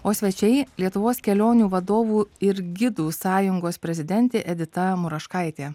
o svečiai lietuvos kelionių vadovų ir gidų sąjungos prezidentė edita muraškaitė